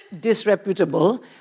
disreputable